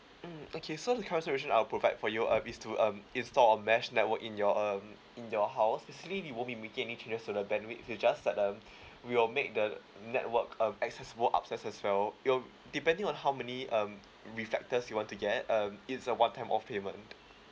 mm okay so the current solution I'll provide for you um is to um install a mesh network in your um in your house actually we won't be making any changes to the bandwidth it just that um we'll make the network um accessible upstairs as well it'll depending on how many um reflectors you want to get um it's a one time off payment